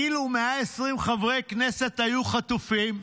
אילו 120 חברי כנסת היו חטופים,